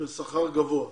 בשכר גבוה,